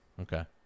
Okay